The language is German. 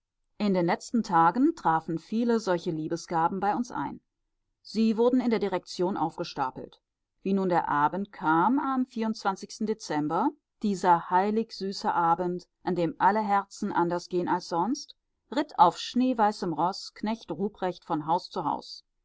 in den letzten tagen trafen viele solche liebesgaben bei uns ein sie wurden in der direktion aufgestapelt wie nun der abend kam am dezember dieser heilig süße abend an dem alle herzen anders gehen als sonst ritt auf schneeweißem roß knecht ruprecht von haus zu haus